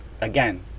again